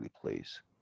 please